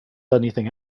anything